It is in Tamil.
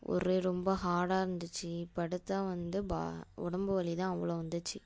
ஓரே ரொம்ப ஹார்டாக இருந்துச்சு படுத்தால் வந்து பா உடம்பு வலி தான் அவ்வளோ வந்துச்சி